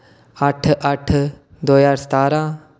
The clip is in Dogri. अट्ट अट्ठ दो ज्हार सतारां